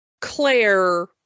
Claire